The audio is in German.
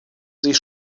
sich